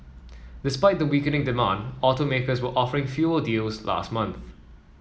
despite the weakening demand automakers were offering fewer deals last month